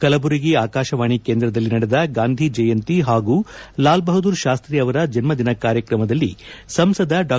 ಕಲಬುರಗಿ ಆಕಾಶವಾಣಿ ಕೇಂದ್ರದಲ್ಲಿ ನಡೆದ ಗಾಂಧಿ ಜಯಂತಿ ಹಾಗೂ ಲಾಲ್ ಬಹದ್ದೂರ್ ಶಾಸ್ತೀ ಅವರ ಜನ್ಮ ದಿನ ಕಾರ್ಯಕ್ರಮದಲ್ಲಿ ಸಂಸದ ಡಾ